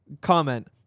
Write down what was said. comment